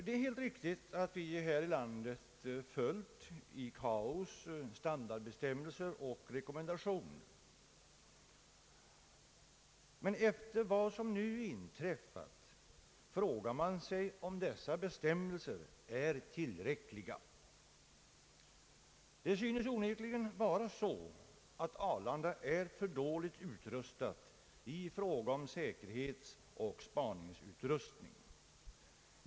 Det är helt riktigt att vi här i landet följt ICAO:s standardbestämmelser och rekommendationer. Men efter vad som nu inträffat frågar man sig om dessa bestämmelser är tillräckliga. Det synes onekligen vara så att Arlanda är för dåligt utrustat i fråga om säkerhetsoch spaningsutrustning.